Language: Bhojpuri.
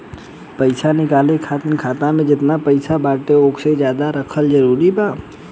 पईसा निकाले खातिर खाता मे जेतना पईसा बाटे ओसे ज्यादा रखल जरूरी बा?